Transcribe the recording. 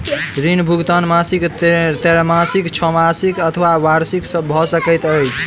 ऋण भुगतान मासिक त्रैमासिक, छौमासिक अथवा वार्षिक भ सकैत अछि